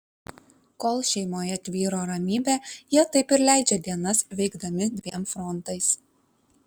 kol šeimoje tvyro ramybė jie taip ir leidžia dienas veikdami dviem frontais